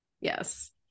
Yes